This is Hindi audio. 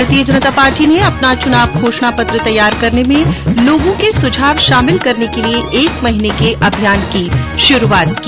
भारतीय जनता पार्टी ने अपना चुनाव घोषणा पत्र तैयार करने में लोगों के सुझाव शामिल करने के लिये एक महीने के अभियान की शुरूआत की